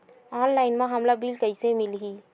Online म हमला bill कइसे मिलही?